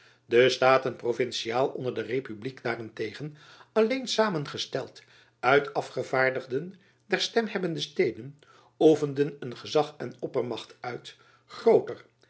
macht de staten provinciaal onder de republiek daarentegen alleen samengesteld uit de afgevaardigden der stemhebbende steden oefenden een gezach en oppermacht uit grooter